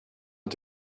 nåt